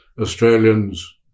Australians